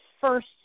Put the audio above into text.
first